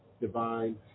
divine